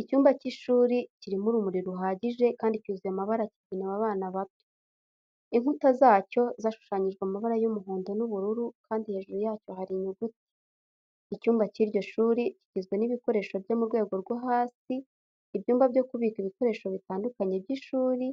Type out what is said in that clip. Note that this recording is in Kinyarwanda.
Icyumba cy'ishuri kirimo urumuri ruhagije kandi cyuzuye amabara kigenewe abana bato. Inkuta zacyo zashushanyijwe amabara y'umuhondo n'ubururu kandi hejuru yacyo hari inyuguti. Icyumba cy'iryo shuri kigizwe n'ibikoresho byo mu rwego rwo hasi, ibyumba byo kubika ibikoresho bitandukanye by'ishuri,